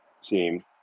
team